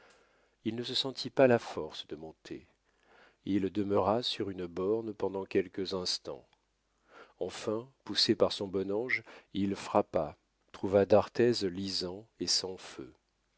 il ne se sentit pas la force de monter il demeura sur une borne pendant quelques instants enfin poussé par son bon ange il frappa trouva d'arthez lisant et sans feu